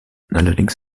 allerdings